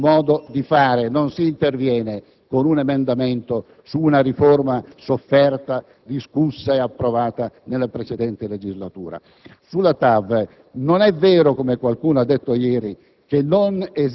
Quanto alla prima, non si interviene con un emendamento su una riforma sofferta, discussa e approvata nella precedente legislatura. Sulla TAV, non è vero - come qualcuno ha affermato ieri